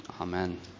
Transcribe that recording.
Amen